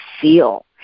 feel